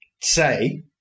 say